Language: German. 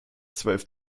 zwölf